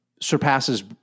surpasses